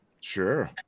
Sure